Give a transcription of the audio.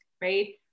right